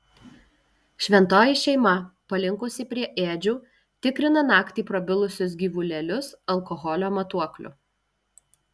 šventoji šeima palinkusi prie ėdžių tikrina naktį prabilusius gyvulėlius alkoholio matuokliu